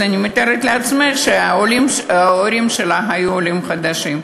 אז אני מתארת לעצמי שההורים שלך היו עולים חדשים.